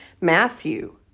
Matthew